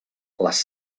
les